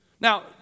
Now